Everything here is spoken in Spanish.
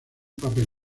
papel